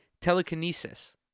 telekinesis